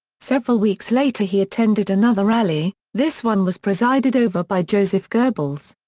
several weeks later he attended another rally this one was presided over by joseph goebbels.